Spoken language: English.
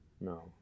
No